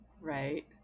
right